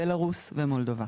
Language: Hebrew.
בלרוס ומולדובה.